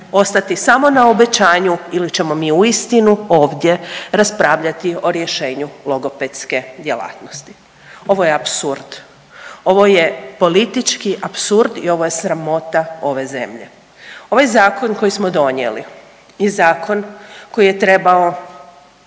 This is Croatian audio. mi samo na obećanju ili ćemo mi uistinu ovdje raspravljati o rješenju logopedske djelatnosti. Ovo je apsurd, ovo je politički apsurd i ovo je sramota ove zemlje. Ovaj zakon koji smo donijeli je zakon koji je trebao